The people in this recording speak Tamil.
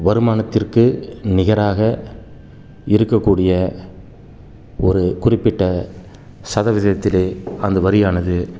வருமானத்திற்கு நிகராக இருக்கக்கூடிய ஒரு குறிப்பிட்ட சதவிகிதத்தில்அந்த வரியானது